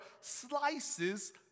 slices